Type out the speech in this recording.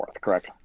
correct